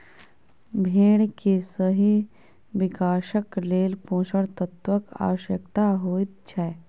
भेंड़ के सही विकासक लेल पोषण तत्वक आवश्यता होइत छै